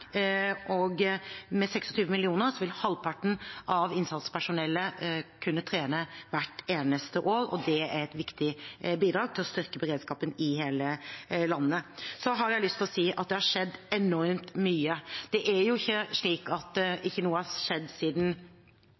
Med 26 mill. kr vil halvparten av innsatspersonellet kunne trene hvert eneste år, og det er et viktig bidrag til å styrke beredskapen i hele landet. Så har jeg lyst til å si at det har skjedd enormt mye. Det er ikke slik at ikke noe har skjedd siden